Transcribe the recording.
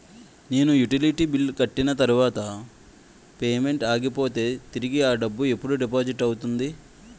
నేను utility bill కట్టిన తర్వాత పేమెంట్ ఆగిపోతే తిరిగి అ డబ్బు ఎప్పుడు డిపాజిట్ అవుతుంది?